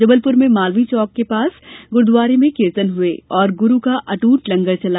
जबलपुर में मालवीय चौक के पास ग्रूद्वारा में कीर्तन हुए और ग्रू का अट्ट लंगर चला